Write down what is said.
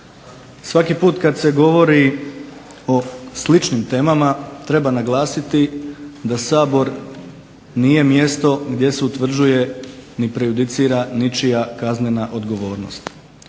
Svaki put kada se govori o sličnim temama treba utvrditi da Sabor nije mjesto gdje se utvrđuje niti prejudicira ničija kaznena odgovornost.